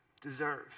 deserve